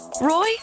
Roy